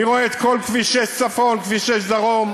מי רואה את כל כביש 6 צפון וכביש 6 דרום?